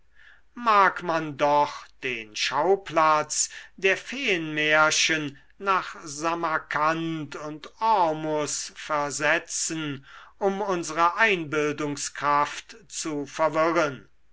mag man doch den schauplatz der feenmärchen nach samarkand und ormus versetzen um unsere einbildungskraft zu verwirren